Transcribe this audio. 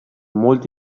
molti